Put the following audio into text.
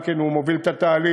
גם כן הוא מוביל את התהליך.